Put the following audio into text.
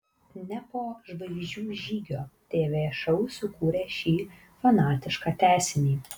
ne po žvaigždžių žygio tv šou sukūrė šį fanatišką tęsinį